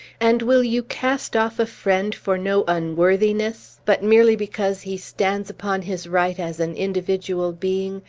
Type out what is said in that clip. and will you cast off a friend for no unworthiness, but merely because he stands upon his right as an individual being,